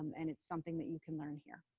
and it's something that you can learn here.